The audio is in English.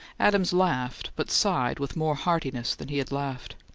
adams laughed, but sighed with more heartiness than he had laughed.